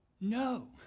No